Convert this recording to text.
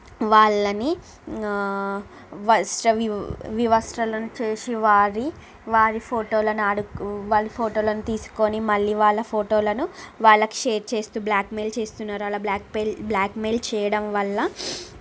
వాళ్ళని వివశ్రత చేసి వారి వారి ఫోటోలను ఆడు వాళ్ళ ఫోటోలను తీసుకొని మళ్ళీ వాళ్ళ ఫోటోలను వాళ్ళ షేర్ చేస్తు బ్లాక్మెయిల్ చేస్తున్నారు అలా బ్లాక్ బ్లాక్మెయిల్ చేయడం వల్ల